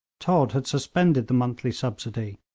todd had suspended the monthly subsidy,